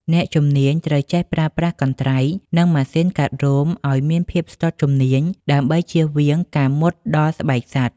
អ្នកជំនាញត្រូវចេះប្រើប្រាស់កន្ត្រៃ និងម៉ាស៊ីនកាត់រោមឱ្យមានភាពស្ទាត់ជំនាញ ដើម្បីចៀសវាងការមុតដល់ស្បែកសត្វ។